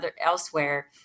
elsewhere